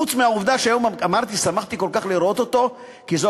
חוץ מהעובדה שהיום אמרתי ששמחתי נורא לראות אותו כי זו